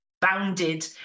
bounded